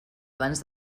abans